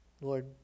Lord